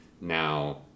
Now